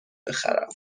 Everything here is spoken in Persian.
بخرم